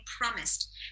promised